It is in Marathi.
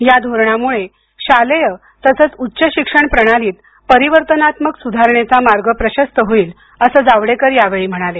या धोरणामुळे शालेय तसंच उच्च शिक्षण प्रणालीत परिवर्तानात्मक सुधारणेचा मार्ग प्रशस्त होईल असं जावडेकर यावेळी म्हणाले